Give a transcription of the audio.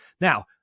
Now